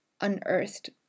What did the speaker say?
unearthed